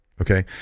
Okay